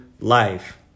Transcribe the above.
life